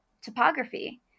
topography